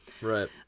Right